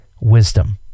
wisdom